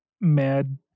mad